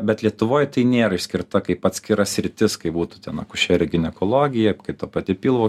bet lietuvoj tai nėra išskirta kaip atskira sritis kaip būtų ten akušerija ginekologija kaip ta pati pilvo